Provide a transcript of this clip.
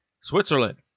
Switzerland